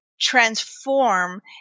transform